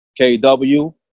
kw